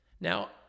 Now